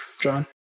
John